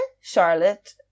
Charlotte